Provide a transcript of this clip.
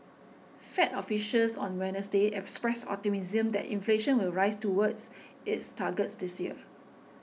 fed officials on Wednesday expressed optimism that inflation will rise towards its target this year